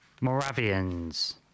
Moravians